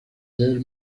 del